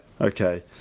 okay